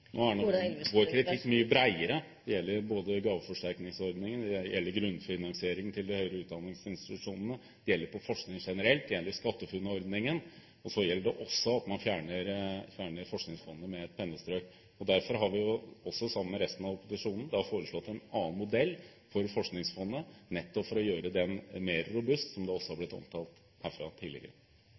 Nå er nok vår kritikk mye bredere. Den gjelder både gaveforsterkningsordningen, grunnfinansiering til de høyere utdanningsinstitusjonene, forskning generelt og SkatteFUNN-ordningen, og så gjelder det også at man fjerner Forskningsfondet med et pennestrøk. Derfor har vi også – sammen med resten av opposisjonen – da foreslått en annen modell for Forskningsfondet, nettopp for å gjøre det mer robust, som det også er blitt omtalt herfra tidligere.